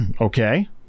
Okay